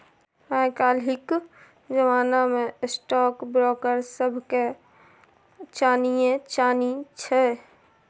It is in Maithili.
आय काल्हिक जमाना मे स्टॉक ब्रोकर सभके चानिये चानी छै